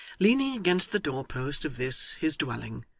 leaning against the door-post of this, his dwelling,